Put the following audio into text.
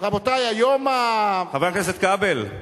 רבותי, היום, חבר הכנסת כבל,